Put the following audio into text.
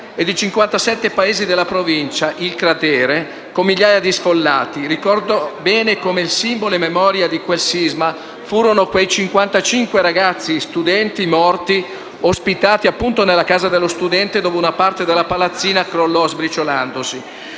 e di 57 paesi della Provincia, il cratere, con migliaia di sfollati. Ricordo bene come simbolo e memoria di quel sisma furono quei 55 ragazzi studenti morti, ospitati nella casa dello studente, dove una parte della palazzina crollò sbriciolandosi.